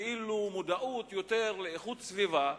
כאילו יותר מודעות לאיכות סביבה,